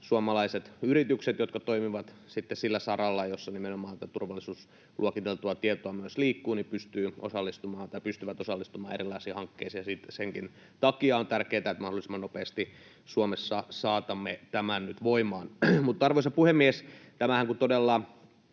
suomalaiset yritykset, jotka toimivat sitten sillä saralla, jolla nimenomaan myös tätä turvallisuusluokiteltua tietoa liikkuu, pystyvät osallistumaan erilaisiin hankkeisiin. Senkin takia on tärkeätä, että mahdollisimman nopeasti Suomessa saatamme tämän nyt voimaan. Arvoisa puhemies! Tämähän todella